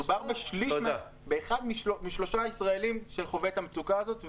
מדובר באחד משלושה ישראלים שחווה את המצוקה הזאת,